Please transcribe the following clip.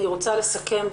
אני רוצה לסכם.